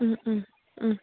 उम उम उम